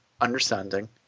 understanding